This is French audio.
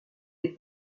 les